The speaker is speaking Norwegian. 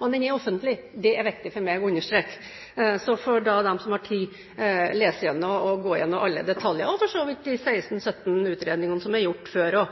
men den er offentlig. Det er det viktig for meg å understreke. Så får de som har tid, lese igjennom og gå igjennom alle detaljer – og for så vidt også de 16–17 utredningene som er gjort før.